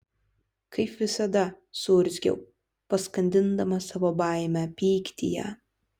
kaip visada suurzgiau paskandindama savo baimę pyktyje